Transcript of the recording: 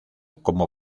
como